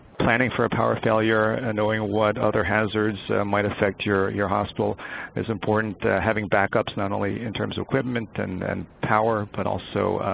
planning for a power failure and knowing what other hazards might affect your your hospital is important. having backups not only in terms of equipment and and power but also